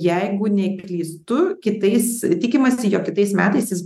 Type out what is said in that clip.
o jeigu neklystu kitais tikimasi jog kitais metais jis